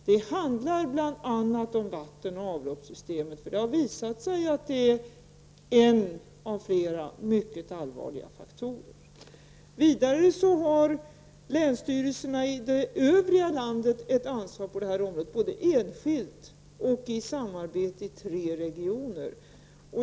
Det handlar bl.a. om vattenoch avloppssystemet, då det har visat sig att det är en av flera mycket allvarliga faktorer. Vidare har länsstyrelserna i övriga landet ett ansvar på detta område, både enskilt och i samarbete i tre regioner.